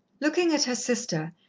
looking at her sister,